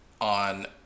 on